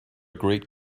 great